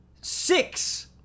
Six